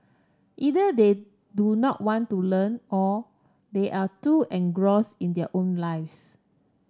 either they do not want to learn or they are too engross in their own lives